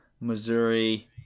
Missouri